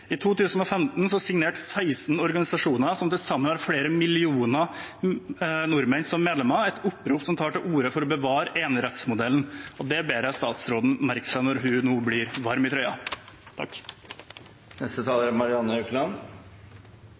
I 2015 signerte 16 organisasjoner, som til sammen har flere millioner nordmenn som medlemmer, et opprop som tar til orde for å bevare enerettsmodellen, og det ber jeg statsråden merke seg når hun nå blir varm i trøya.